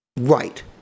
Right